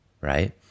right